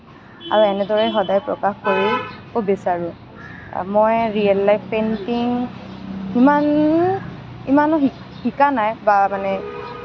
আৰু এনেদৰে সদায় প্ৰকাশ কৰিব বিচাৰোঁ মই ৰিয়েল লাইফ পেইণ্টিং সিমান ইমানো শিকা নাই বা মানে